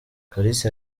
kalisa